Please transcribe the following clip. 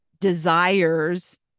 desires